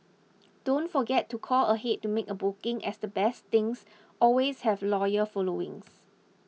don't forget to call ahead to make a booking as the best things always have loyal followings